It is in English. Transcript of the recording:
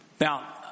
Now